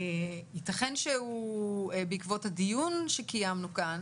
ייתכן שהוא בעקבות הדיון שקיימנו כאן